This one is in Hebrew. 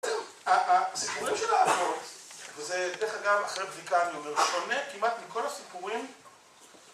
הסיפורים של האבות, וזה דרך אגב אחרי בדיקה אני אומר, שונה כמעט מכל הסיפורים